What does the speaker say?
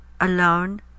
alone